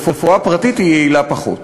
רפואה פרטית היא יעילה פחות.